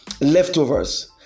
Leftovers